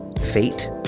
fate